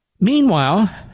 Meanwhile